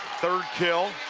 third kill